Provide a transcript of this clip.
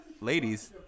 ladies